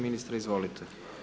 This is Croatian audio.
Ministre izvolite.